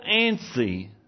antsy